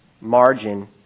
margin